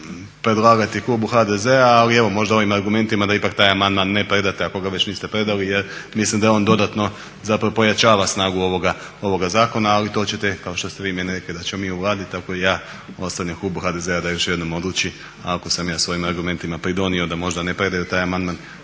predlagati klubu HDZ-a, ali evo možda ovim argumentima da ipak taj amandman ne predate ako ga već niste predali jer mislim da on dodatno zapravo pojačava snagu ovoga zakona, ali to ćete kao što ste vi meni rekli da ćemo mi u Vladi tako i ja ostavljam klubu HDZ-a da još jednom odluči ako sam ja svojim argumentima pridonio da možda ne predaju taj amandman